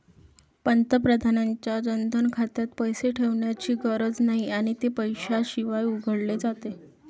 पंतप्रधानांच्या जनधन खात्यात पैसे ठेवण्याची गरज नाही आणि ते पैशाशिवाय उघडले जाते